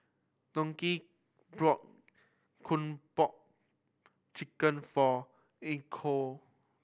bought Kung Po Chicken for